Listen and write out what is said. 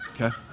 Okay